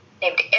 named